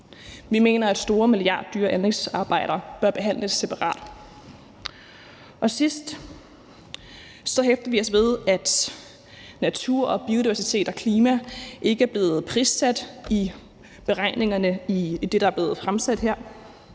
Vi mener, at store milliarddyre anlægsarbejder bør behandles separat. Endelig hæfter vi os ved, at natur, biodiversitet og klima ikke er blevet prissat i beregningerne i det, der er blevet fremsat her.